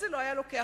זה לא היה לוקח